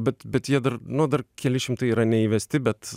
bet bet jie dar na dar keli šimtai yra neįvesti bet